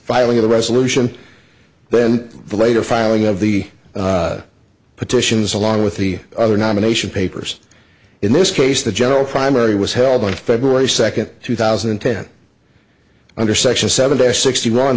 filing of the resolution then the later filing of the petitions along with the other nomination papers in this case the general primary was held on february second two thousand and ten under section seven to sixty